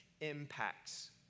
impacts